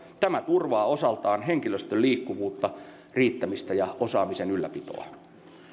tämä turvaa osaltaan henkilöstön liikkuvuutta riittämistä ja osaamisen ylläpitoa